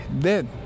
dead